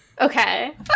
Okay